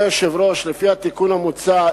לפי התיקון המוצע,